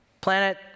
planet